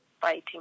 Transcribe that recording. fighting